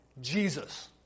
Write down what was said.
Jesus